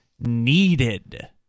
needed